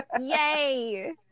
Yay